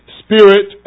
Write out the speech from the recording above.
spirit